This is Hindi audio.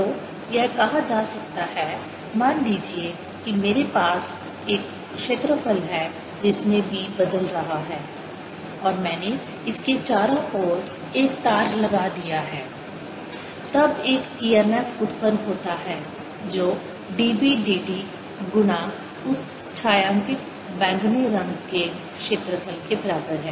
तो यह कहा जा सकता है मान लीजिए कि मेरे पास एक क्षेत्रफल है जिसमें B बदल रहा है और मैंने इसके चारों ओर एक तार लगा दिया है तब एक EMF उत्पन्न होता है जो dB dt गुणा उस छायांकित बैंगनी रंग के क्षेत्रफल के बराबर है